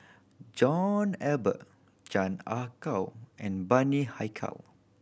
John Eber Chan Ah Kow and Bani Haykal